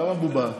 למה בובה?